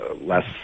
less